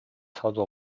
操作